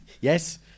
Yes